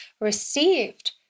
received